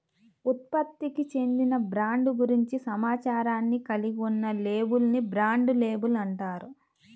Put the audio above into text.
ఉత్పత్తికి చెందిన బ్రాండ్ గురించి సమాచారాన్ని కలిగి ఉన్న లేబుల్ ని బ్రాండ్ లేబుల్ అంటారు